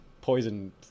poison